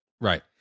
Right